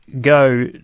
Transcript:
go